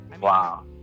wow